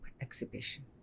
exhibition